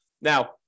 Now